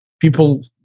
people